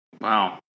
Wow